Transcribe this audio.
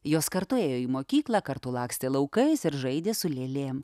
jos kartu ėjo į mokyklą kartu lakstė laukais ir žaidė su lėlėm